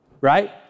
right